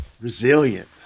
Resilient